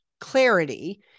clarity